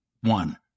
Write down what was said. One